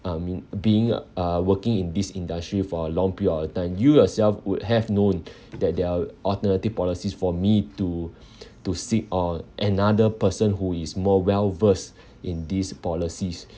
I mean being uh working in this industry for a long period of time you yourself would have known that there are alternative policies for me to to see or another person who is more well versed in these policies